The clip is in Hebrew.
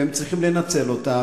והם צריכים לנצל אותה,